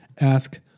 Ask